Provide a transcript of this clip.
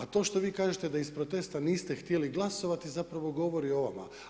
A to što vi kažete, da iz protesta, niste htjeli glasovati, zapravo govori o vama.